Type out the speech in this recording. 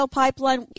pipeline